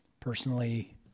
personally